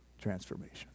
transformation